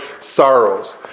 sorrows